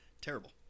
terrible